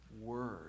word